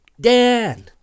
dan